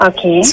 Okay